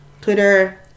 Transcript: Twitter